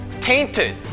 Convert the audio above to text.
tainted